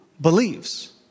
believes